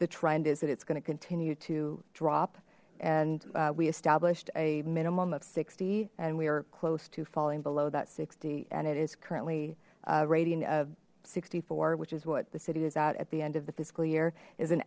the trend is that it's going to continue to drop and we established a minimum of sixty and we are close to falling below that sixty and it is currently rating of sixty four which is what the city is out at the end of the fiscal year is an